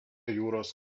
jūros